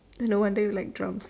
no wonder you like drums